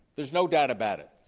there's no doubt about it.